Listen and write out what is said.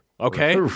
Okay